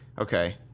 Okay